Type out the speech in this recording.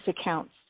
accounts